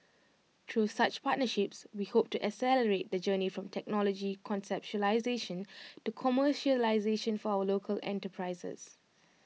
through such partnerships we hope to accelerate the journey from technology conceptualisation to commercialisation for our local enterprises